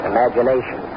Imagination